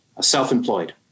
self-employed